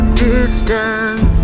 distance